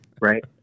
Right